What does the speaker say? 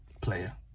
Player